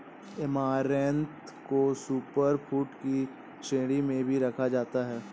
amaranth को super food की श्रेणी में भी रखा जाता है